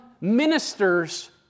ministers